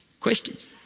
Questions